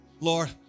Lord